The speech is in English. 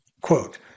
quote